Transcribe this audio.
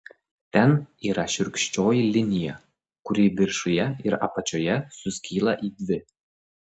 ten yra šiurkščioji linija kuri viršuje ir apačioje suskyla į dvi